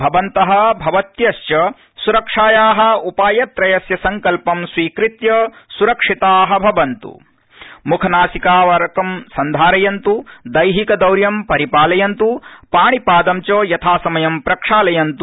भवन्त भवत्यश्च सुरक्षाया उपायत्रयस्य संकल्पं स्वीकृत्य सुरक्षिता भवन्तु म्खनासिकावरकं सन्धारयन्त् दैहिकदौर्य परिपालयन्त् पाणिपादं च यथासमयं प्रक्षालयन्तु